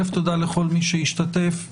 תודה לכל מי שהשתתף.